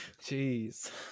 Jeez